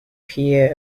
pierre